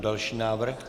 Další návrh.